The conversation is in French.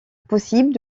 possible